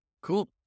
cool